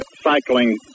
cycling